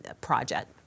project